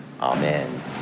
Amen